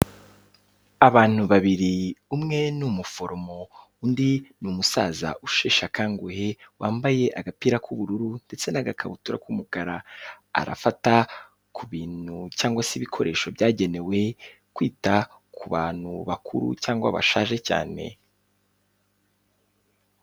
Abantu babiri umwe ni umuforomo, undi ni umusaza usheshe akanguhe, wambaye agapira k'ubururu ndetse n'agakabutura k'umukara, arafata ku bintu cyangwa se ibikoresho byagenewe, kwita ku bantu bakuru cyangwa bashaje cyane.